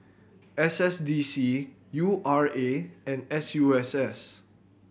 S S D C U R A and S U S S